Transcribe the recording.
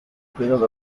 presence